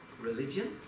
religion